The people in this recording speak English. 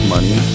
Money